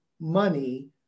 money